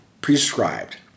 prescribed